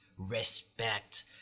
respect